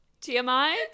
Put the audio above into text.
TMI